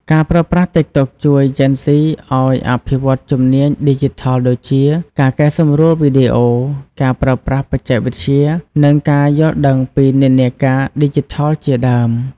ការប្រើប្រាស់តិកតុកជួយជេនហ្ស៊ីឱ្យអភិវឌ្ឍជំនាញឌីជីថលដូចជា ការកែសម្រួលវីដេអូ ការប្រើប្រាស់បច្ចេកវិទ្យា និងការយល់ដឹងពីនិន្នាការឌីជីថលជាដើម។